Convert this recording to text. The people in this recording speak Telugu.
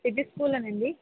సిటీ స్కూలేనా అండి